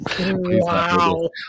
Wow